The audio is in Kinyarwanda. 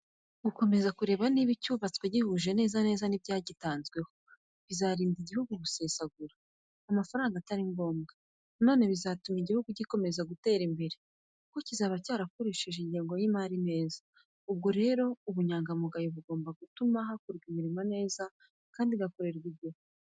Gukomeza kureba niba icyubatswe gihuje neza neza nibyagitanzweho, bizarinda igihugu gusesagura amafaranga atari ngombwa. Na none bizatuma igihugu gikomeza gutera imbere, kuko kizaba cyakoresheje ingengo y'imari neza. Ubwo rero ubunyangamugayo bugomba gutuma hakorwa imirimo neza kandi igakorerwa igihe.